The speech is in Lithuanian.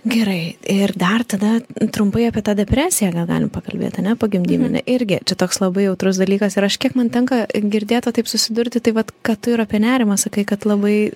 gerai ir dar tada trumpai apie tą depresiją ane galim pakalbėt ane pogimdyminę irgi čia toks labai jautrus dalykas ir aš kiek man tenka girdėt susidurti tai vat ką tu ir apie nerimą sakai kad labai